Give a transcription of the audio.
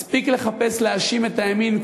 מספיק לחפש להאשים את הימין,